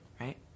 right